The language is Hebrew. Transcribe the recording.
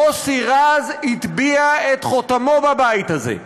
מוסי רז הטביע את חותמו בבית הזה,